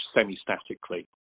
semi-statically